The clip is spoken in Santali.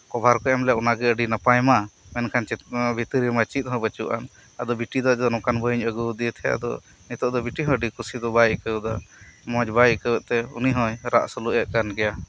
ᱠᱚᱵᱷᱟᱨ ᱠᱚ ᱮᱢᱞᱮᱫ ᱚᱱᱟᱜᱮ ᱟᱹᱰᱤ ᱱᱟᱯᱟᱭ ᱢᱟ ᱢᱮᱱᱠᱷᱟᱱᱵᱷᱤᱛᱤᱨ ᱨᱮᱢᱟ ᱪᱮᱫ ᱜᱮ ᱵᱟᱹᱱᱩᱜ ᱟᱱ ᱟᱫᱚ ᱵᱤᱴᱤ ᱫᱚ ᱱᱚᱝᱠᱟᱱ ᱵᱚᱭᱤᱧ ᱟᱹᱜᱩᱣᱟᱫᱮ ᱛᱟᱦᱮᱸᱫ ᱟᱫᱚ ᱱᱤᱛᱚᱜ ᱫᱚ ᱵᱤᱴᱤᱦᱚᱸ ᱟᱹᱰᱤ ᱠᱩᱥᱤᱦᱚᱸ ᱵᱟᱭ ᱟᱹᱭᱠᱟᱹᱣᱮᱫᱟ ᱢᱚᱸᱡᱽ ᱵᱟᱭ ᱟᱹᱭᱠᱟᱹᱣᱮᱫ ᱛᱮ ᱩᱱᱤᱦᱚᱸᱭ ᱨᱟᱜ ᱥᱩᱞᱩᱜ ᱮᱫ ᱠᱟᱱᱜᱮᱭᱟ